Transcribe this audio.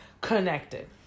connected